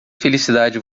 felicidade